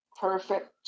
perfect